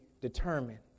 determined